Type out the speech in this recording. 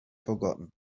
forgotten